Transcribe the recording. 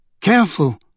Careful